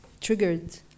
triggered